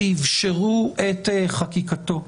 שאפשרו את חקיקתו.